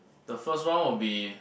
the first one will be